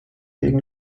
wegen